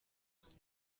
rwanda